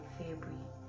february